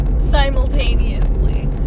simultaneously